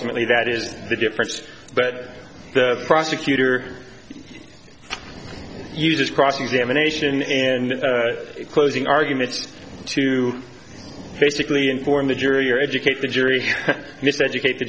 ly that is the difference but the prosecutor uses cross examination in closing arguments to basically inform the jury or educate the jury this educate the